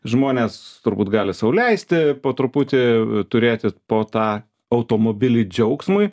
žmonės turbūt gali sau leisti po truputį turėti po tą automobilį džiaugsmui